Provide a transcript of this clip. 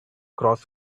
cross